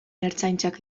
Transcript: ertzaintzak